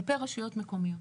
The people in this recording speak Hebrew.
כלפי רשויות מקומיות.